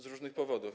Z różnych powodów.